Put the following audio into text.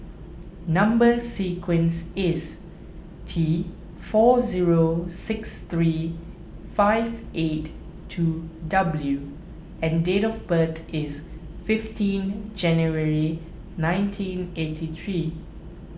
Number Sequence is T four zero six three five eight two W and date of birth is fifteen January nineteen eighty three